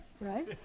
Right